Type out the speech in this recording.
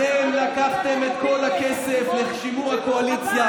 אתם לקחתם את כל הכסף לשימור הקואליציה.